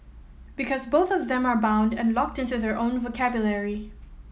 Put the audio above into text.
because both of them are bound and locked into their own vocabulary